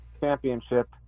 championship